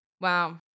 wow